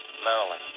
Marilyn